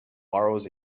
borrows